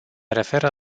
referă